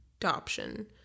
adoption